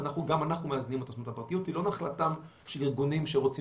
גם אנחנו מאזנים את הזכות לפרטיות והיא לא נחלתם של ארגונים שרוצים